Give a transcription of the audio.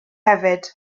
hefyd